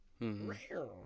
Rare